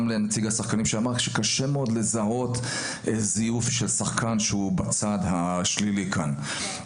גם נציג השחקנים אמר שקשה מאוד לזהות זיוף של שחקן שהוא בצד השלילי כאן.